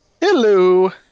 hello